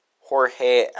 Jorge